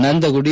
Nandagudi